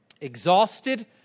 exhausted